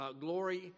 Glory